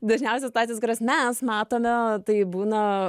dažniausia situacijos kurias mes matome tai būna